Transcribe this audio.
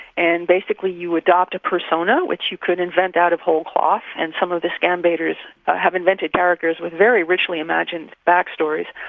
and basically you adopt a persona, which you could invent out of whole cloth, and some of the scam-baiters have invented characters with very richly imagined back stories,